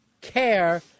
care